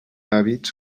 hàbits